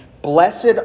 Blessed